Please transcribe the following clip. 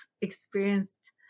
experienced